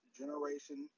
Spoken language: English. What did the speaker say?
generation